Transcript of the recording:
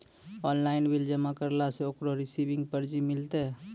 Online bill जमा करला से ओकरौ रिसीव पर्ची मिलतै?